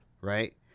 right